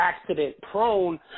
accident-prone